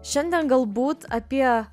šiandien galbūt apie